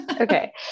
Okay